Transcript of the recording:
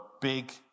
big